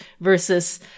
versus